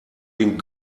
den